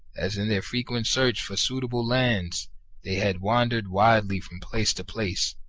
as in their frequent search for suitable lands they had wandered widely from place to place,